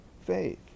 faith